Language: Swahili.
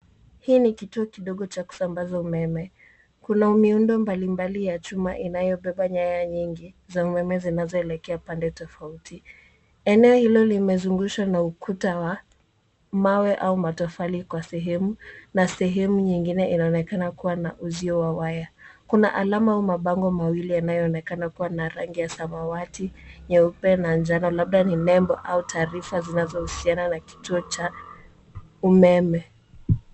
Hii ni kituo kidogo cha kusambaza umeme. Kuna miundo mbalimbali ya vyuma vinavyobeba nyaya nyingi za umeme zinazoelekea pande tofauti. Eneo hilo limezungukwa na ukuta wa mawe au matofali kwa sehemu mmoja, na sehemu nyingine inaonekana kuwa na uzuio wa waya. Kuna alama au mabango mawili yanayoonekana kuwa na rangi ya samawati, nyeupe na njano, labda ni nembo au taarifa zinazohusiana na kituo cha umeme.